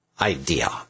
idea